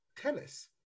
tennis